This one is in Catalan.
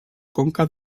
conca